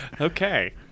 okay